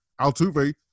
Altuve